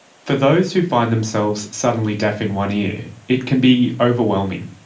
for those who find themselves suddenly deaf in one ear, it can be overwhelming.